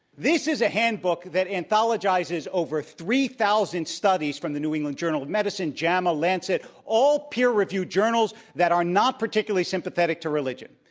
this is a handbook that anthologizes over three thousand studies from the new england journal of medicine, jama, lancet, all peer-review journals that are not particularly sympathetic to religion.